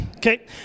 Okay